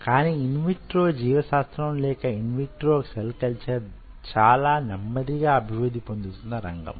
కాని in vitro జీవ శాస్త్రం లేక ఇన్ విట్రో సెల్ కల్చర్ చాలా నెమ్మదిగా అభివృద్ధి పొందుతున్నరంగము